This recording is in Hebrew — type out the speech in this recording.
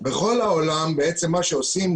בכל העולם מה שעושים,